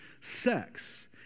sex